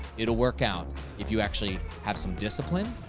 it'll work out if you actually have some discipline,